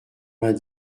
vingt